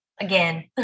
again